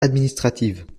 administratives